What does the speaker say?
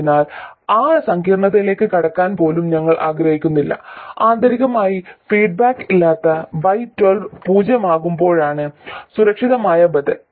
അതിനാൽ ആ സങ്കീർണതയിലേക്ക് കടക്കാൻ പോലും ഞങ്ങൾ ആഗ്രഹിക്കുന്നില്ല ആന്തരികമായി ഫീഡ്ബാക്ക് ഇല്ലാത്ത y12 പൂജ്യമാകുമ്പോഴാണ് സുരക്ഷിതമായ ബദൽ